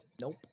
Nope